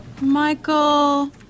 michael